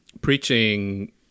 preaching